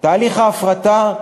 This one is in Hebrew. תהליך ההפרטה,